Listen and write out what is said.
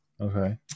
Okay